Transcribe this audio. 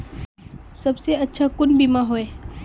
सबसे अच्छा कुन बिमा होय?